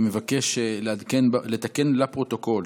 אני מבקש לתקן לפרוטוקול